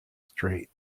straight